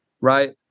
right